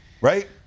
right